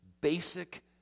basic